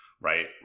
Right